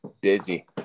busy